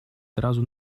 сразу